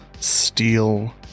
steel